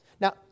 Now